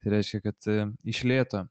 tai reiškia kad iš lėto